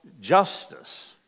justice